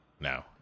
No